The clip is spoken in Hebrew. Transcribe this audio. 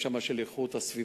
יש שם גם בעיה של איכות הסביבה.